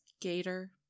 Gator